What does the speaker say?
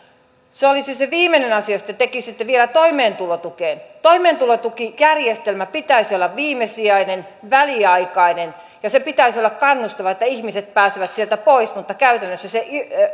se olisi se viimeinen asia jos te tekisitte sen vielä toimeentulotukeen toimeentulotukijärjestelmän pitäisi olla viimesijainen väliaikainen ja sen pitäisi olla kannustava että ihmiset pääsevät sieltä pois mutta käytännössä se